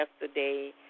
yesterday